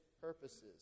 purposes